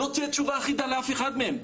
לא תהיה תשובה אחידה לאף אחד מהם.